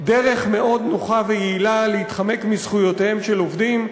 דרך מאוד נוחה ויעילה להתחמק מזכויותיהם של עובדים,